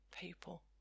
people